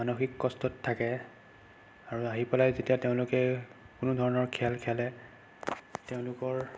মানসিক কষ্টত থাকে আৰু আহি পেলাই যেতিয়া তেওঁলোকে যেতিয়া কোনো ধৰণৰ খেল খেলে তেওঁলোকৰ